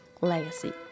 Legacy